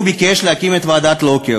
הוא ביקש להקים את ועדת לוקר,